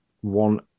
one